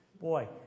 Boy